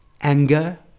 anger